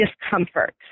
discomfort